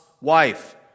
wife